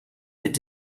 mit